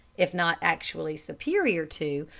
if not actually superior to,